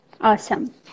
Awesome